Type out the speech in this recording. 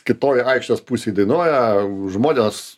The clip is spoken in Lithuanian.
kitoj aikštės pusėj dainuoja žmonės